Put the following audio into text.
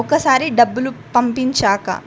ఒకసారి డబ్బులు పంపించాక